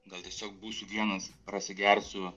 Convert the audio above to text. gal tiesiog būsiu vienas prasigersiu